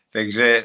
Takže